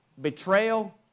Betrayal